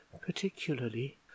particularly